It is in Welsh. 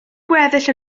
gweddill